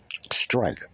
strike